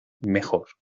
mejor